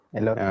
Hello